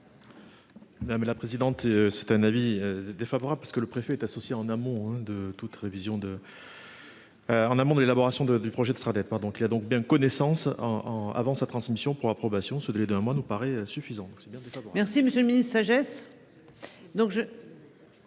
Madame la présidente. C'est un avis défavorable, parce que le préfet est associée en amont de toute révision de. En amont de l'élaboration de du projet de sera dette pardon a donc bien connaissance en avant sa transmission pour approbation ce délai d'un mois nous paraît insuffisante, donc c'est bien. Merci monsieur sagesse.